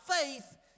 faith